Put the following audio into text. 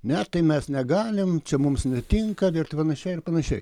ne tai mes negalim čia mums netinka ir panašiai ir panašiai